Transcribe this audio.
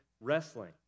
wrestling